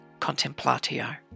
Contemplatio